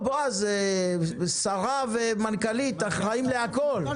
בועז, שרה ומנכ"לית אחראיים לכל.